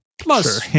plus